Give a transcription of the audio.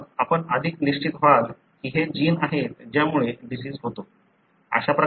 मग आपण अधिक निश्चित व्हाल की हे जीन आहेत ज्यामुळे डिसिज होतो